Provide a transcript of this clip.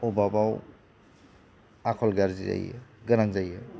अभाबाव आखल गाज्रि जायो गोनां जायो